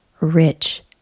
rich